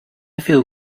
feel